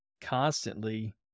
constantly